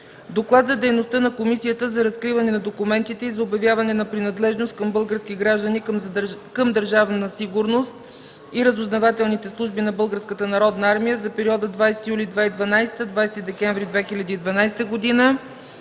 Доклад за дейността на Комисията за разкриване на документите и за обявяване на принадлежност на български граждани към Държавна сигурност и разузнавателните служби на Българската народна армия за периода 20 юли 2012 – 20 декември 2012 г.